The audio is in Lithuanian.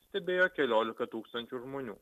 stebėjo keliolika tūkstančių žmonių